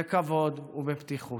בכבוד ובפתיחות,